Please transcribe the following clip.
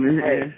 hey